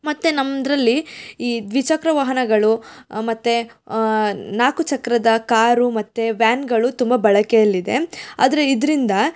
ಮತ್ತೆ ನಮ್ಮದ್ರಲ್ಲಿ ಈ ದ್ವಿಚಕ್ರ ವಾಹನಗಳು ಮತ್ತು ನಾಲ್ಕು ಚಕ್ರದ ಕಾರು ಮತ್ತು ವ್ಯಾನ್ಗಳು ತುಂಬ ಬಳಕೆಯಲ್ಲಿದೆ ಆದರೆ ಇದರಿಂದ